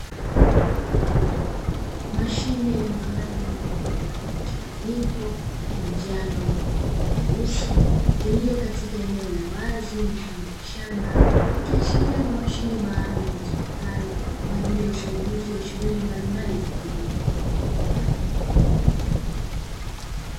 Mashine maalumu yenye rangi mchanganyiko manjano na nyeusi, iliyo katika eneo la wazi mfano wa shamba, ikiashiria ni mashine maalum itumikayo kwa ajili ya usaidizi wa shughuli mbalimbali za kilimo.